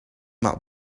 might